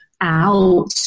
out